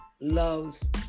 love's